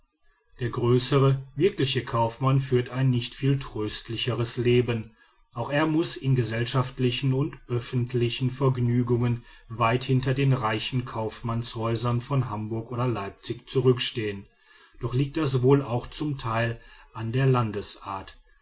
der größere wirkliche kaufmann führt ein nicht viel tröstlicheres leben auch er muß in gesellschaftlichen und öffentlichen vergnügungen weit hinter den reichen kaufmannshäusern von hamburg oder leipzig zurückstehen doch liegt das wohl auch zum teil an der